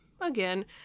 Again